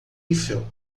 eiffel